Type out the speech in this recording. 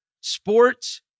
sports